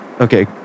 Okay